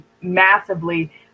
massively